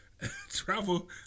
travel